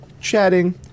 Chatting